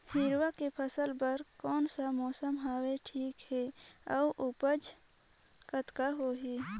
हिरवा के फसल बर कोन सा मौसम हवे ठीक हे अउर ऊपज कतेक होही?